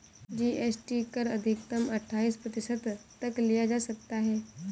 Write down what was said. GST कर अधिकतम अठाइस प्रतिशत तक लिया जा सकता है